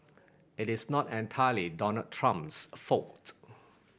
it is not entirely Donald Trump's fault